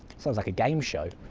sounds like a game show.